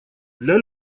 для